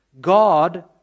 God